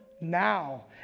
now